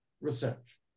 research